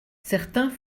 certains